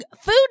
food